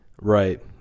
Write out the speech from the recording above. Right